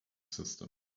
system